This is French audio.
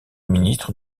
ministres